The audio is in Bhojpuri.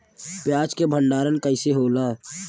प्याज के भंडारन कइसे होला?